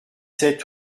sept